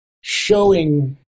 showing